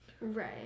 right